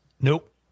nope